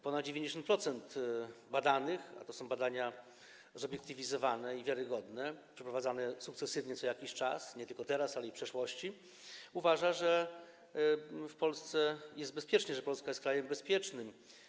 Ponad 90% badanych - a to są badania zobiektywizowane i wiarygodne, przeprowadzane sukcesywnie co jakiś czas, nie tylko teraz, ale i w przeszłości - uważa, że w Polsce jest bezpiecznie, że Polska jest krajem bezpiecznym.